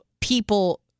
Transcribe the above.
people